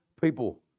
people